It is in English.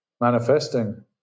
manifesting